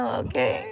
okay